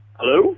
Hello